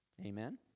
amen